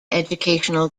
educational